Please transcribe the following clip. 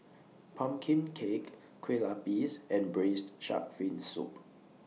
Pumpkin Cake Kue Lupis and Braised Shark Fin Soup